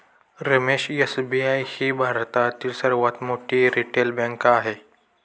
Ramesh SBI ही भारतातील सर्वात मोठी रिटेल बँक आहे